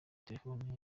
telefone